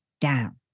down